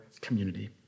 community